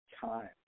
time